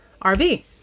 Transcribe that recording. RV